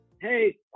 Hey